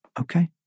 Okay